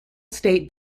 state